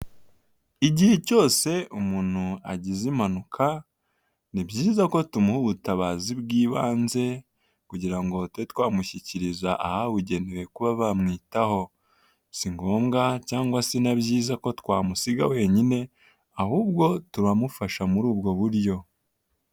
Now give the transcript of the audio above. Igihe cyose umuntu agize impanuka ni byiza ko tumuha ubutabazi bw'ibanze kugira ngo tube twamushyikiriza ahabugenewe kuba bamwitaho, si gombwa cyangwa si na byiza ko twamusiga wenyine ahubwo turamufasha muri ubwo buryo.